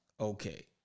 Okay